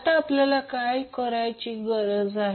आता आपल्याला काय शोधायची गरज आहे